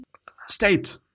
state